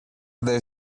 they